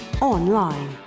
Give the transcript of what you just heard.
online